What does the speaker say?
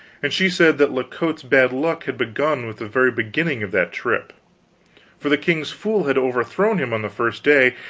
and she said that la cote's bad luck had begun with the very beginning of that trip for the king's fool had overthrown him on the first day,